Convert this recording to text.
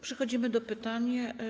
Przechodzimy do pytań.